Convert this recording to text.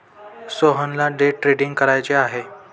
सोहनला day trading करायचे आहे